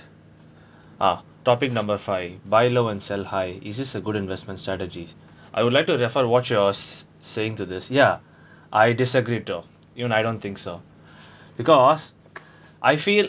ah topic number five buy low and sell high is this a good investment strategies I would like to defy what's your saying to this ya I disagree though you and I don't think so because I feel